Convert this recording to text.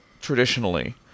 traditionally